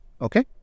Okay